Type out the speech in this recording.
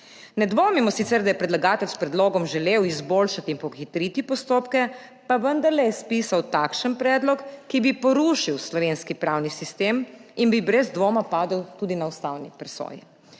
Ne dvomimo sicer, da je predlagatelj s predlogom želel izboljšati in pohitriti postopke, pa vendarle je spisal takšen predlog, ki bi porušil slovenski pravni sistem in bi brez dvoma padel tudi na ustavni presoji.